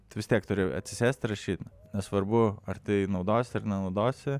tu vis tiek turi atsisėst ir rašyt nesvarbu ar tai naudosi ar nenaudosi